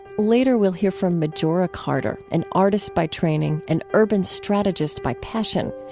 later, we'll hear from majora carter, an artist by training, an urban strategist by passion.